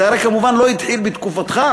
זה הרי כמובן לא התחיל בתקופתך,